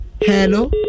hello